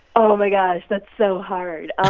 oh, my gosh. that's so hard